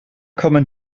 kommen